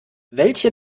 welche